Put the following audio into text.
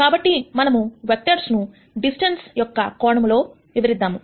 కాబట్టి మనము వెక్టర్స్ ను డిస్టెన్స్ యొక్క కోణముతో వివరిద్దాం